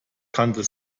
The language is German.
kannte